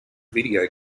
video